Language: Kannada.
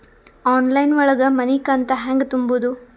ಆನ್ಲೈನ್ ಒಳಗ ಮನಿಕಂತ ಹ್ಯಾಂಗ ತುಂಬುದು?